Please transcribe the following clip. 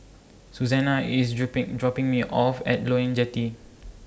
Susanna IS dripping dropping Me off At Loyang Jetty